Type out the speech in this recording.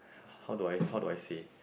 how do I how do I say